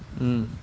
mm